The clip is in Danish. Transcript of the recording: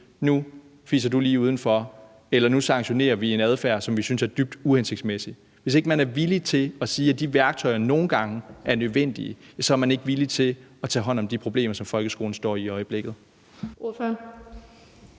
fise ud udenfor, eller at nu sanktionerer vi en adfærd, som vi synes er dybt uhensigtsmæssig. Hvis ikke man er villig til at sige, at de værktøjer nogle gange er nødvendige, er man ikke villig til at tage hånd om de problemer, som folkeskolen står med i øjeblikket. Kl.